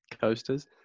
coasters